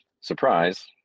surprise